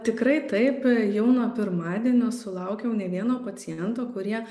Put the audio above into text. tikrai taip jau nuo pirmadienio sulaukiau ne vieno paciento kurie